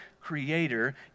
creator